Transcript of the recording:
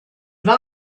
war